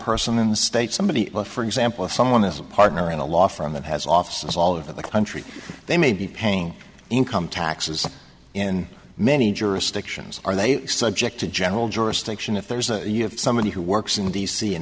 person in the state somebody for example if someone is a partner in a law firm that has offices all over the country they may be paying income taxes in many jurisdictions are they subject to general jurisdiction if there's a you have somebody who works in d c and